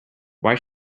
why